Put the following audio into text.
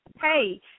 Hey